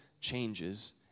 changes